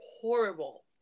horrible